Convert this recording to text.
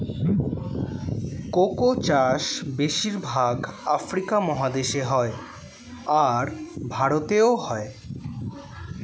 cocoa চাষ বেশির ভাগ আফ্রিকা মহাদেশে হয়, আর ভারতেও হয়